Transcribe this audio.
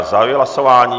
Zahajuji hlasování.